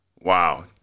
Wow